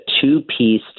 two-piece